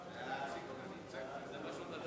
שם החוק